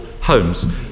homes